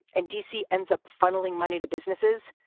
and dc ends up funneling money to businesses.